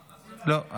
לא.